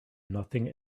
nothing